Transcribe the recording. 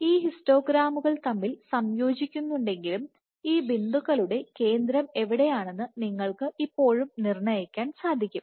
ഈ ഹിസ്റ്റോഗ്രാമുകൾ തമ്മിൽ സംയോജിക്കുന്നുണ്ടെങ്കിലും ഈ ബിന്ദുക്കളുടെ കേന്ദ്രം എവിടെയാണെന്ന് നിങ്ങൾക്ക് ഇപ്പോഴും നിർണയിക്കാൻ സാധിക്കും